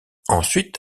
ensuite